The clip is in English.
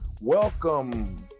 Welcome